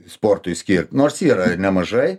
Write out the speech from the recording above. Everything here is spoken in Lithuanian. sportui skirt nors yra ir nemažai